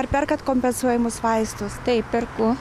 ar perkat kompensuojamus vaistus taip perku